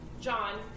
John